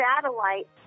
satellite